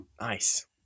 Nice